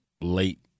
late